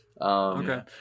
Okay